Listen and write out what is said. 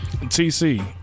TC